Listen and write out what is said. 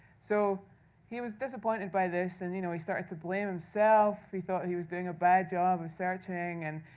so he was disappointed by this. and you know he started to blame himself. he thought he was doing a bad job searching. and